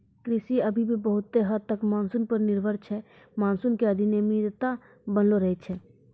कृषि अभी भी बहुत हद तक मानसून पर हीं निर्भर छै मानसून के अनियमितता बनलो रहै छै